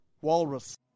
Walrus